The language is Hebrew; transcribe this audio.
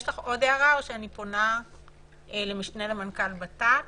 יש לך עוד הערה או שאני פונה למשנה למנכ"ל בט"פ?